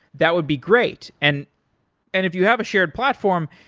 that would be great. and and if you have a shared platform,